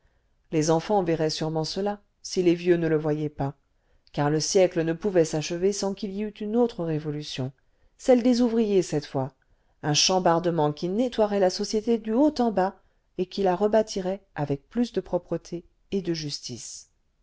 les enfants verraient sûrement cela si les vieux ne le voyaient pas car le siècle ne pouvait s'achever sans qu'il y eût une autre révolution celle des ouvriers cette fois un chambardement qui nettoierait la société du haut en bas et qui la rebâtirait avec plus de propreté et de justice